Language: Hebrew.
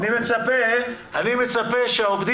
אני מצפה שעובדים,